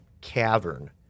cavern